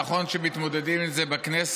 נכון שמתמודדים עם זה בכנסת.